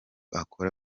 akora